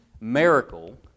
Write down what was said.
miracle